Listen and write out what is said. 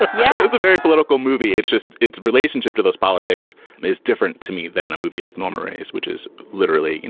but yeah, it's a very political movie. it's just its relationship to those politics is different to me than a movie like normal race, which is literally, you